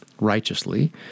righteously